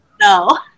no